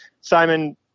Simon